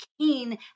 keen